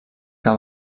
que